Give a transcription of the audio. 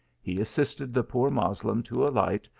he assisted the poor moslem to alight,